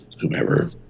whomever